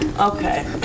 Okay